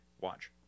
Watch